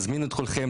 מזמין את כולכם,